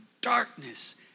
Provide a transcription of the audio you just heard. darkness